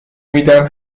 میدم